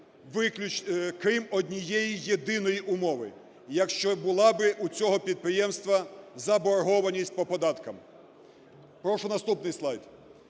крім однієї єдиної умови: якщо була б у цього підприємства заборгованість по податкам. Прошу наступний слайд.